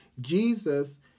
jesus